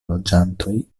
loĝantoj